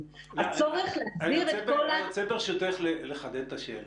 הצורך להגדיר --- אני רוצה ברשותך לחדד את השאלה.